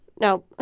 No